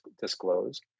disclose